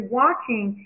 watching